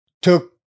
Took